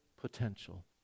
potential